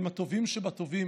הם הטובים שבטובים.